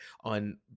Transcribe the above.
on